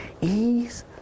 ease